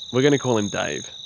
we're going to call him dave.